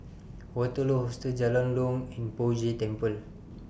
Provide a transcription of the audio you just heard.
Waterloo Hostel Jalan Jong and Poh Jay Temple